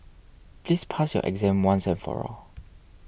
please pass your exam once and for all